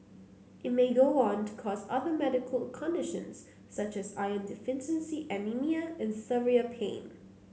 it may go on to cause other medical conditions such as iron deficiency anaemia and severe pain